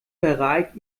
bereit